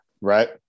right